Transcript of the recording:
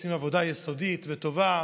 עושים עבודה יסודית וטובה,